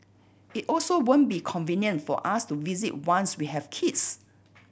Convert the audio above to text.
it also won't be convenient for us to visit once we have kids